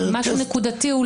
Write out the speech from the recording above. למשהו נקודתי,